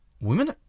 Women